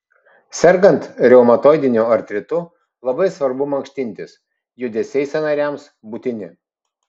sergant reumatoidiniu artritu labai svarbu mankštintis judesiai sąnariams būtini